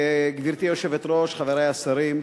גברתי היושבת-ראש, חברי השרים,